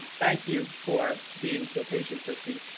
thank you for being so patient, kristy.